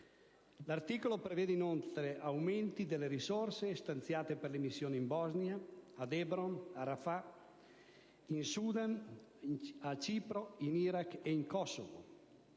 L'articolo prevede inoltre aumenti delle risorse stanziate per le missioni in Bosnia, ad Hebron, a Rafah, in Sudan, a Cipro, in Iraq e in Kosovo.